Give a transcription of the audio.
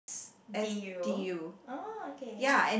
did you oh okay